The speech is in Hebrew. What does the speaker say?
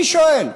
אני שואל.